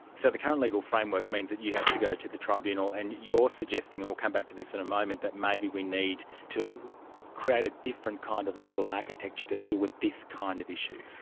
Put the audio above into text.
and so the current legal framework means that you have to go to the tribunal, and you're suggesting, and we'll come back to this in a moment, that maybe we need to create a different kind of legal architecture to deal with this kind of issue.